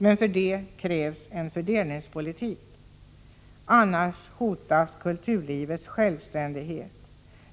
Men för det krävs en aktiv fördelningspolitik. Annars hotas kulturlivets självständighet.